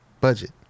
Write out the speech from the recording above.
Budget